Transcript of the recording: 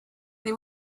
they